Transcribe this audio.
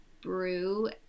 brew